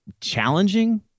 challenging